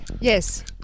yes